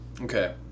Okay